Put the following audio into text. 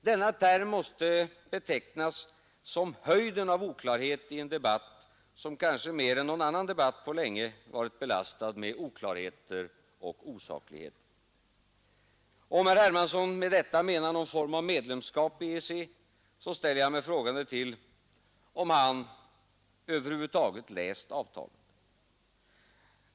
Denna term måste betecknas som höjden av oklarhet i en debatt, som kanske mer än någon annan debatt på länge varit belastad med oklarheter och osaklighet. Om herr Hermansson med detta menar någon form av medlemskap i EEC, ställer jag mig frågande till om han över huvud taget läst avtalet.